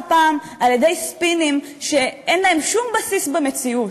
פעם על-ידי ספינים שאין להם שום בסיס במציאות.